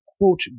quote